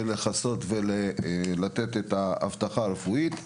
לכסות ולתת את האבטחה הרפואית.